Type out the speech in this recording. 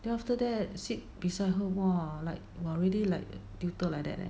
then after that sit beside her !wah! like !wah! really like tutor like that leh